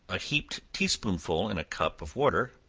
a heaped tea-spoonful in a cup of water,